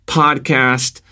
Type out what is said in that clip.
podcast